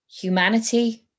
humanity